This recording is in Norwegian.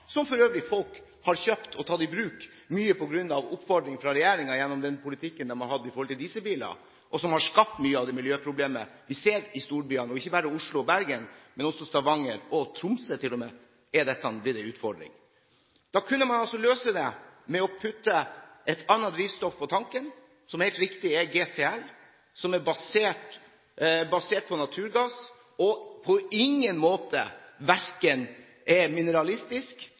folk for øvrig har kjøpt og tatt i bruk mye på oppfordring fra regjeringen gjennom den politikken den har hatt i forhold til dieselbiler, som har skapt mye av det miljøproblemet vi ser i storbyene, og ikke bare i Oslo og Bergen. Også i Stavanger og til og med i Tromsø er dette blitt en utfordring. Da kunne man altså løse det ved å putte et annet drivstoff på tanken, som helt riktig er GTL, som er basert på naturgass, og på ingen måte verken er